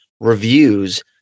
reviews